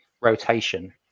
rotation